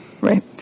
Right